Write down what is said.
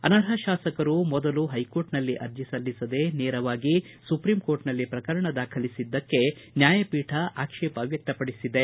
ಅನರ್ಹ ಶಾಸಕರು ಮೊದಲು ಹೈಕೋರ್ಟ್ನಲ್ಲಿ ಅರ್ಜಿ ಸಲ್ಲಿಸದೇ ನೇರವಾಗಿ ಸುಪ್ರೀಂ ಕೋರ್ಟ್ನಲ್ಲಿ ಪ್ರಕರಣ ದಾಖಲಿಸಿದ್ದಕ್ಕೆ ನ್ಯಾಯಪೀಠ ಆಕ್ಷೇಪ ವ್ಯಕ್ತಪಡಿಸಿದೆ